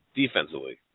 defensively